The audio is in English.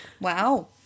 Wow